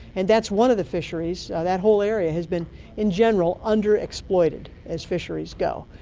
and that's one of the fisheries, that whole area has been in general underexploited as fisheries go,